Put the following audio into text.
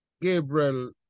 Gabriel